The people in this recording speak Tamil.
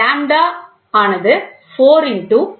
லாம்ப்டா ஆனது 4 0